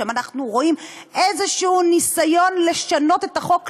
שם אנחנו רואים איזה ניסיון לשנות את החוק,